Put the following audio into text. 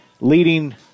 leading